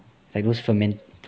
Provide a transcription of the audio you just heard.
like those ferment